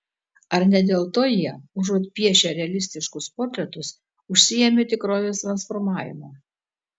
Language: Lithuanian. ar ne dėl to jie užuot piešę realistiškus portretus užsiėmė tikrovės transformavimu